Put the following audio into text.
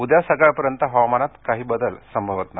उद्या सकाळपर्यंत हवामानात काही बदल संभवत नाही